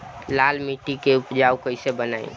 लाल मिट्टी के उपजाऊ कैसे बनाई?